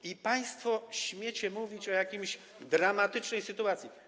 I państwo śmiecie mówić o jakiejś dramatycznej sytuacji?